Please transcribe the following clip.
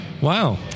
Wow